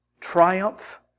triumph